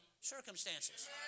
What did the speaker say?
circumstances